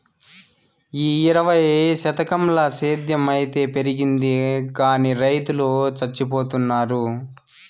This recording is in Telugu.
ఈ ఇరవైవ శతకంల సేద్ధం అయితే పెరిగింది గానీ రైతులు చచ్చిపోతున్నారు